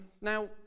now